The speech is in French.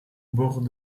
bord